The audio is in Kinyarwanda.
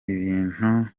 ibintu